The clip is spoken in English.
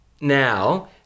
now